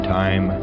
time